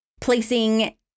placing